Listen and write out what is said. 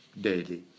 daily